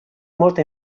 molta